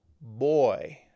boy